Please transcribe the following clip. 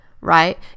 right